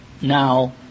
now